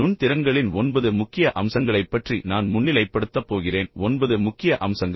நுண் திறன்களின் ஒன்பது முக்கிய அம்சங்களைப் பற்றி நான் முன்னிலைப்படுத்தப் போகிறேன் ஒன்பது முக்கிய அம்சங்கள்